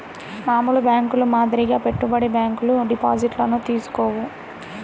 మామూలు బ్యేంకుల మాదిరిగా పెట్టుబడి బ్యాంకులు డిపాజిట్లను తీసుకోవు